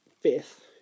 fifth